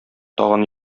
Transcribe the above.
тагын